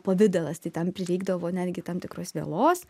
pavidalas tai tam prireikdavo netgi tam tikros vielos